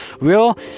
real